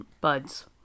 buds